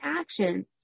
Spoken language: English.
action